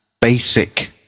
basic